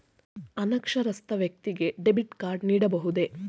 ಅನಕ್ಷರಸ್ಥ ವ್ಯಕ್ತಿಗೆ debit card ನೀಡಬಹುದೇ?